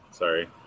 sorry